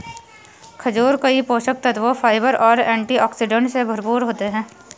खजूर कई पोषक तत्वों, फाइबर और एंटीऑक्सीडेंट से भरपूर होते हैं